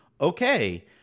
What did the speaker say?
okay